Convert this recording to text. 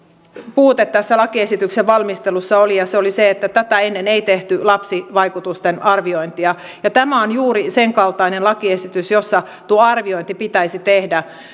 puute tässä lakiesityksen valmistelussa oli ja se oli se että tätä ennen ei tehty lapsivaikutusten arviointia ja tämä on juuri sen kaltainen lakiesitys jossa tuo arviointi pitäisi tehdä